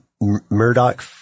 Murdoch